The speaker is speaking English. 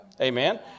Amen